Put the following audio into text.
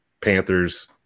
Panthers